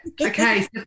okay